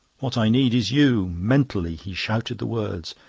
what i need is you. mentally he shouted the words,